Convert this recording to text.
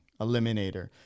eliminator